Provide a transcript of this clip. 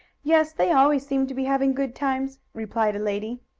yes, they always seem to be having good times, replied a lady.